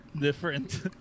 different